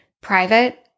private